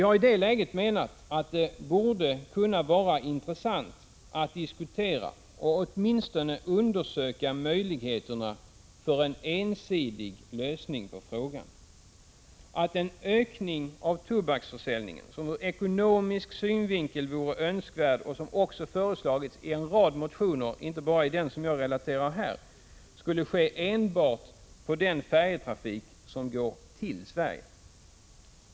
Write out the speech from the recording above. Jag menar att det i det läget borde kunna vara intressant att diskutera och åtminstone undersöka möjligheterna för en ensidig lösning på frågan, dvs. att en ökning av tobaksförsäljningen, som ur ekonomisk synvinkel vore önskvärd och som föreslagits i en rad motioner, inte bara i den som jag relaterar här, skulle ske enbart på den färjetrafik som går till Sverige.